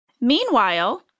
Meanwhile